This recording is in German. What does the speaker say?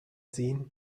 ziehen